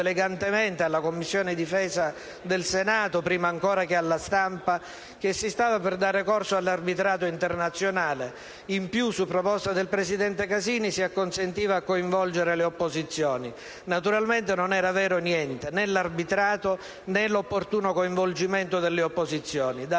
elegantemente alla Commissione difesa del Senato, prima ancora che alla stampa, che si stava per dare corso all'arbitrato internazionale. In più, su proposta del presidente Casini, si acconsentiva a coinvolgere le opposizioni. Naturalmente, non era vero niente: né l'arbitrato, né l'opportuno coinvolgimento delle opposizioni. Da